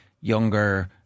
younger